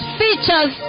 features